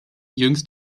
jüngst